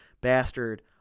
Bastard